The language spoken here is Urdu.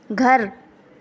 گھر